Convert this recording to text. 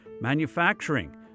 Manufacturing